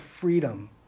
freedom